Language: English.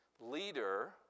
leader